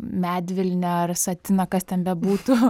medvilnę ar satiną kas ten bebūtų